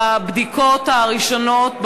בבדיקות הראשונות,